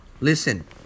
Listen